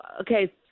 Okay